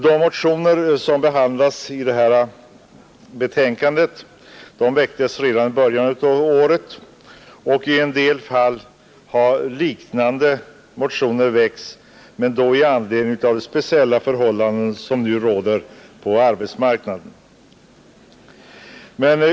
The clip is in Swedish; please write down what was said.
De motioner som behandlas i det här betänkandet väcktes redan i början av året, men i en del fall har liknande motioner väckts senare och då i anledning av de speciella förhållanden som rått på arbetsmarknaden.